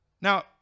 Now